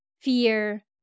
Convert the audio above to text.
fear